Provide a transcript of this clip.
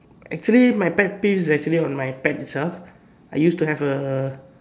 actually my pet peeve's actually on my pet itself I used to have a